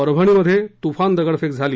परभणी मध्ये तूफानी दगडफेक झाली